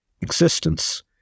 existence